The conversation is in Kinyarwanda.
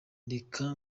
reka